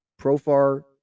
Profar